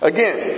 Again